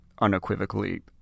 unequivocally